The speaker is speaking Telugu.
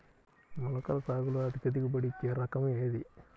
మొలకల సాగులో అధిక దిగుబడి ఇచ్చే రకం ఏది?